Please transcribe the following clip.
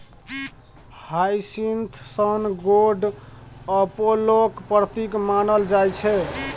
hyacinth सन गोड अपोलोक प्रतीक मानल जाइ छै